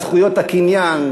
זכויות הקניין,